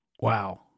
Wow